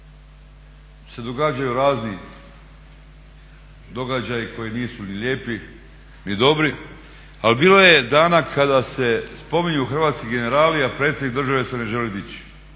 se događaju razni događaji koji nisu ni lijepi, ni dobri, ali bilo je dana kada se spominju hrvatski generali a predsjednik države se ne želi dići